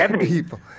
people